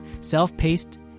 self-paced